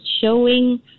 showing